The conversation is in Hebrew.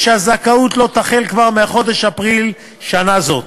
ושהזכאות לו תחל כבר מחודש אפריל שנה זו.